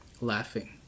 laughing